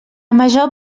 major